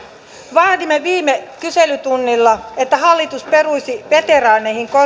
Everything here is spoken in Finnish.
vaadimme viime kyselytunnilla että hallitus peruisi veteraaneihin